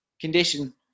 condition